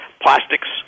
plastics